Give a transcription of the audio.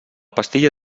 pastilla